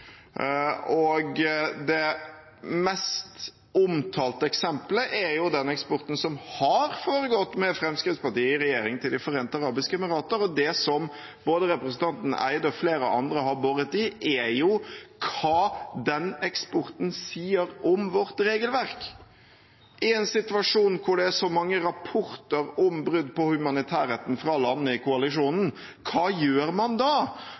2014. Det mest omtalte eksemplet er eksporten som har foregått, med Fremskrittspartiet i regjering, til De forente arabiske emirater. Det som både representanten Eide og flere andre har boret i, er hva den eksporten sier om vårt regelverk. I en situasjon hvor det er så mange rapporter om brudd på humanitærretten fra landene i koalisjonen, hva gjør man da?